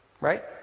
right